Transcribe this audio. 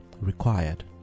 required